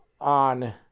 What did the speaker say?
on